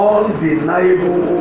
Undeniable